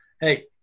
hey